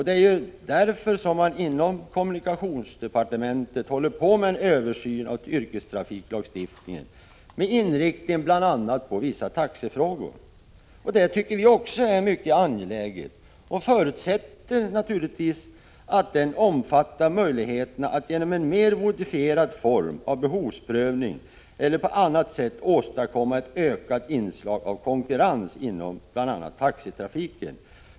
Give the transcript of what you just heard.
Det är därför som man inom kommunikationsdepartementet håller på med en översyn av yrkestrafiklagstiftningen med inriktning bl.a. på vissa taxefrågor. Det tycker vi också är mycket angeläget, och vi förutsätter att översynen omfattar möjligheterna att genom en modifierad form av behovsprövning eller på annat sätt åstadkomma ett ökat inslag av konkurrens inom bl.a. taxitrafiken.